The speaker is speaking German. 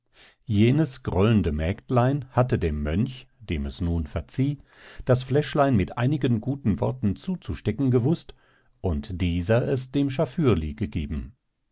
jenes grollende mägdlein hatte dem mönch dem es nun verzieh das fläschlein mit einigen worten zuzustecken gewußt und dieser es dem schafürli gegeben